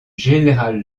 général